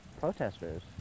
protesters